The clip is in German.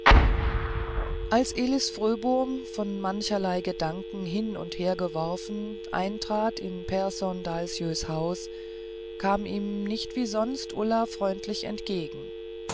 als elis fröbom von mancherlei gedanken hin und hergeworfen eintrat in pehrson dahlsjös haus kam ihm nicht wie sonst ulla freundlich entgegen